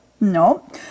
No